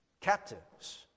captives